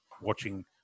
watching